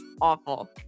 awful